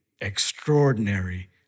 extraordinary